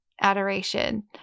adoration